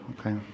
okay